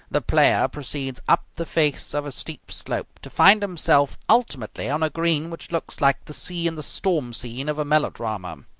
the player proceeds up the face of a steep slope, to find himself ultimately on a green which looks like the sea in the storm scene of a melodrama.